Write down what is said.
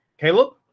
Caleb